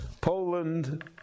Poland